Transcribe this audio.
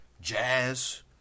jazz